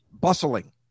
bustling